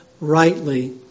rightly